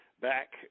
back